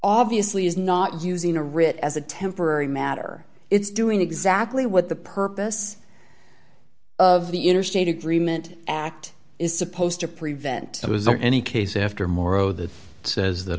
obviously is not using a writ as a temporary matter it's doing exactly what the purpose of the interstate agreement act is supposed to prevent it was there any case after morrow that says that